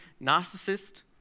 narcissist